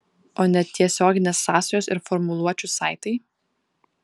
o netiesioginės sąsajos ir formuluočių saitai